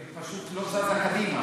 היא פשוט לא זזה קדימה.